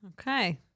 Okay